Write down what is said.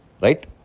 right